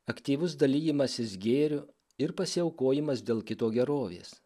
aktyvus dalijimasis gėriu ir pasiaukojimas dėl kito gerovės